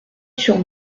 sur